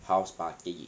houseparty